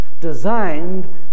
designed